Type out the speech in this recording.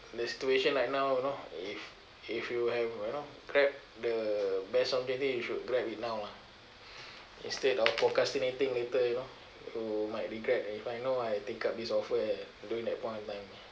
the situation right now you know if if you have you know grab the best opportunity you should grab it now lah instead of procrastinating later you know you might regret if I know I take up this offer during that point of time